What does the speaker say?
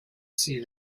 sea